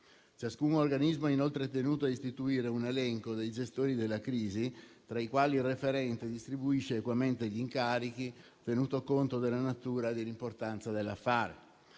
Ciascun organismo è inoltre tenuto a istituire un elenco dei gestori della crisi, tra i quali il referente distribuisce equamente gli incarichi, tenuto conto della natura e dell'importanza dell'affare.